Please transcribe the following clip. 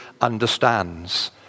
understands